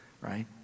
right